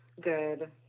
good